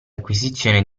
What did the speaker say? acquisizione